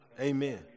Amen